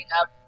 up